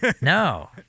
no